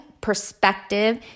perspective